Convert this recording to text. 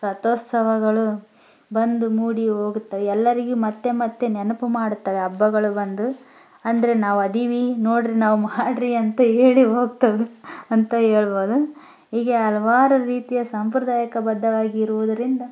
ರಥೋತ್ಸವಗಳು ಬಂದು ಮೂಡಿ ಹೋಗುತ್ತವೆ ಎಲ್ಲರಿಗೆ ಮತ್ತೆ ಮತ್ತೆ ನೆನಪು ಮಾಡುತ್ತವೆ ಹಬ್ಬಗಳು ಬಂದು ಅಂದರೆ ನಾವು ಇದೀವಿ ನೋಡಿರಿ ನಾವು ಮಾಡಿರಿ ಅಂತ ಹೇಳಿ ಹೋಗ್ತವೆ ಅಂತ ಹೇಳ್ಬೋದು ಹೀಗೆ ಹಲವಾರು ರೀತಿಯ ಸಾಂಪ್ರದಾಯಿಕ ಬದ್ಧವಾಗಿರುವುದರಿಂದ